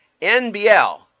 NBL